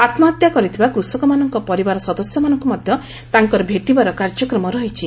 ଆତ୍ମହତ୍ୟା କରିଥିବା କୁଷକମାନଙ୍କ ପରିବାର ସଦସ୍ୟମାନଙ୍କୁ ମଧ୍ୟ ତାଙ୍କର ଭେଟିବାର କାର୍ଯ୍ୟକ୍ମ ରହିଛି